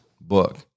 book